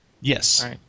Yes